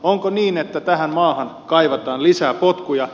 onko niin että tähän maahan kaivataan lisää potkuja